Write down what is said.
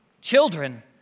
children